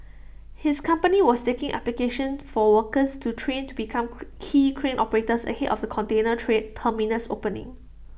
his company was taking applications for workers to train to become quay crane operators ahead of the container train terminal's opening